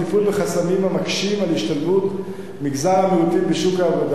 בחסמים המקשים את השתלבות מגזר המיעוטים בשוק העבודה.